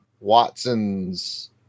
Watson's